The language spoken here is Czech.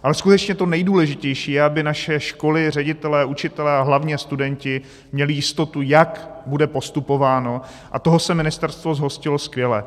Ale skutečně to nejdůležitější je, aby naše školy, ředitelé, učitelé a hlavně studenti měli jistotu, jak bude postupováno, a toho se ministerstvo zhostilo skvěle.